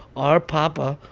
our poppa,